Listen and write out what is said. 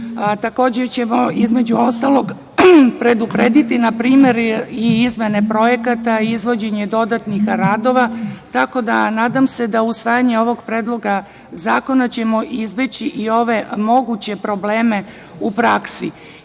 ćemo, između ostalog, preduprediti npr. i izmene projekata i izvođenje dodatnih radova, tako da, nadam se da usvajanjem ovog predloga zakona ćemo izbeći i ove moguće probleme u praksi. Imajući